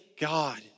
God